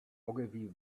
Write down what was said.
ogilvy